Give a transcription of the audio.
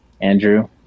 Andrew